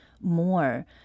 more